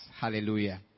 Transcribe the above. hallelujah